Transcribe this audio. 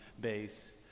base